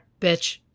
bitch